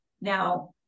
Now